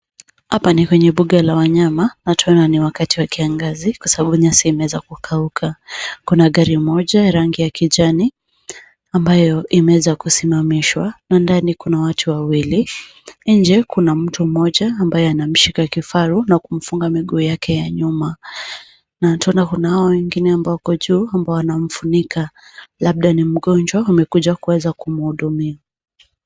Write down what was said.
Hapa ni kwenye mbuga la wanyama na twaona ni wakati wa kiangazi kwa sababu nyasi imeweza kukauka. Kuna gari moja rangi ya kijani, ambayo imeweza kusimamishwa na ndani kuna watu wawili. Nje kuna mtu mmoja ambaye anamshika kifaru na kumfunga miguu yake ya nyuma na twaona kunao wengine ambao wako juu ambao wanamfunika labda ni mgonjwa wamekuja kuweza kumuhudumia.